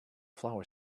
flower